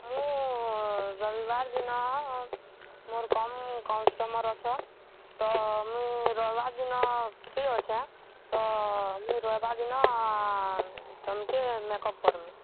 ମୁଁ ରବିବାର ଦିନ ମୋର୍ କମ୍ କଷ୍ଟମର୍ ଅଛନ୍ ତ ମୁଇଁ ରହିବାର ଦିନ ଫ୍ରି ଅଛେ ତ ମୁଇଁ ରବିବାର ଦିନ ତମ୍କେ ମେକଅପ୍ କର୍ମି